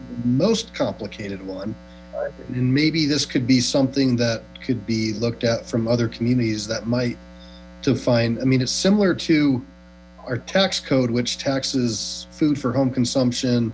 most complicated one and maybe this could be something that could be looked at from other communities that might find i mean it's similar to our tax code which taxes food for home consumption